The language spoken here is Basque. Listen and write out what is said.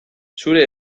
zure